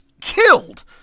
killed